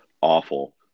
awful